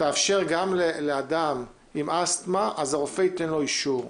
תאפשר גם לאדם עם אסתמה אז הרופא ייתן לו אישור.